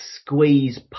squeeze